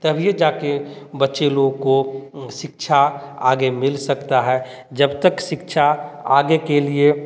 तभी जाके बच्चे लोग को शिक्षा आगे मिल सकता है जब तक शिक्षा आगे के लिए